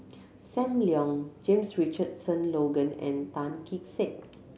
Sam Leong James Richardson Logan and Tan Kee Sek